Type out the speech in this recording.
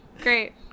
Great